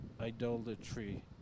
idolatry